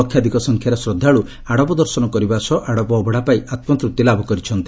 ଲକ୍ଷାଧିକ ସଂଖ୍ୟାରେ ଶ୍ରଦ୍ଧାଳୁ ଆଡ଼ପ ଦର୍ଶନ କରିବା ସହ ଆଡ଼ପ ଅଭଡ଼ା ପାଇ ଆମ୍ତୂପ୍ତି ଲାଭ କରିଛନ୍ତି